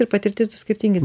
ir patirtis du skirtingi